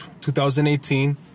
2018